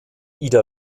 ida